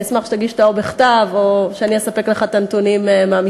אשמח אם תגיש אותה או בכתב או שאני אספק לך את הנתונים מהמשרד,